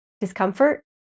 discomfort